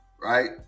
right